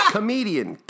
Comedian